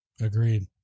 Agreed